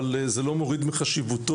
אבל זה לא מוריד מחשיבותו.